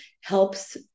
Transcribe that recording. helps